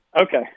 Okay